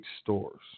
stores